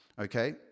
okay